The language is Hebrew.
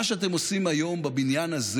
מה שאתם עושים היום בבניין הזה,